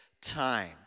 time